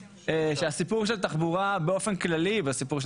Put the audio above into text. שהסיפור של תחבורה באופן כללי והסיפור של